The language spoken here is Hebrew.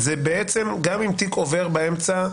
בעצם, גם אם תיק עובר באמצע,